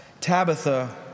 Tabitha